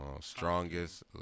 strongest